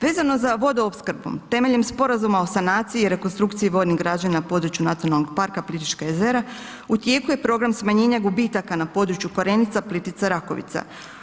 Vezano za vodoopskrbu, temeljem sporazuma o sanaciji i rekonstrukciji voljnih građana na području NP Plitvička jezera, u tijeku je program smanjenja gubitaka na području Korenica-Plitvica-Rakovica.